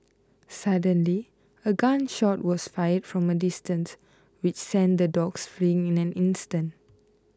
suddenly a gun shot was fired from a distant which sent the dogs fleeing in an instant